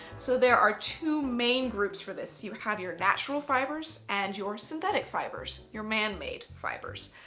so there are two main groups for this. you have your natural fibres and your synthetic fibres, your man-made fibres.